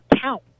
count